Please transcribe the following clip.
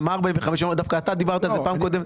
אתה דיברת על זה בפעם הקודמת.